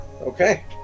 Okay